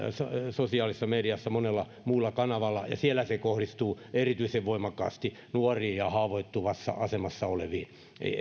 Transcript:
sosiaalisessa mediassa monella muulla kanavalla ja siellä se kohdistuu erityisen voimakkaasti nuoriin ja haavoittuvassa asemassa oleviin